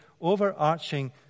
overarching